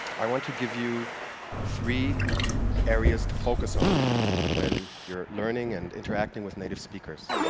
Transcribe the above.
i want to give you three areas to focus on when you're learning and interacting with native speakers.